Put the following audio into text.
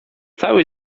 cały